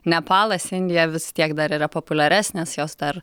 nepalas indija vis tiek dar yra populiaresnės jos dar